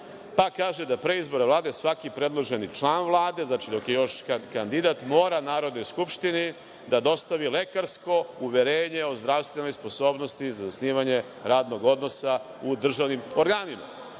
pa kaže da pre izbora rade svaki predloženi član Vlade, znači, dok još kandidat, mora Narodnoj skupštini da dostavi lekarsko uverenje o zdravstvenoj sposobnosti za zasnivanje radnog odnosa u državnim organima.